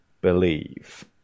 believe